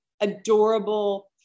adorable